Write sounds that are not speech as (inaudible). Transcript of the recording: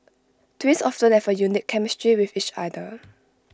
twins (unintelligible) have A unique chemistry with each other